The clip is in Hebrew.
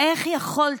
איך יכולת,